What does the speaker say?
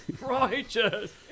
Righteous